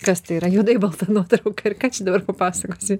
kas tai yra juodai balta nuotrauka ir ką čia dabar papasakosi